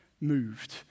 moved